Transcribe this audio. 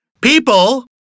People